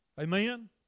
Amen